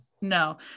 No